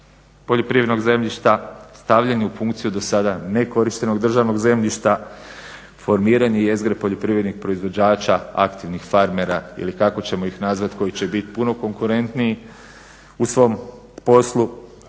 poljoprivrednog zemljišta, stavljanje u funkciju do sada nekorištenog državnog zemljišta, formiranje jezgre poljoprivrednih proizvođača, aktivnih farmera ili kako ćemo ih nazvat koji će bit puno konkurentniji u svom poslu.